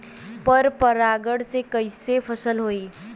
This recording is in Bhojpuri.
पर परागण से कईसे फसल होई?